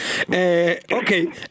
Okay